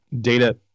data